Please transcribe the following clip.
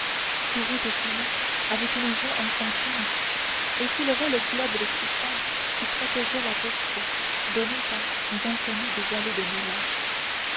courut au salon avec une joie enfantine et souleva le globe de cristal qui protégeait la bourse donnée par l'inconnu des allées de